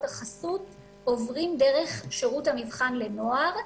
החסות עוברים דרך שירות המבחן לנוער.